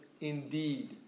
Indeed